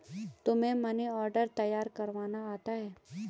तुम्हें money order तैयार करवाना आता है?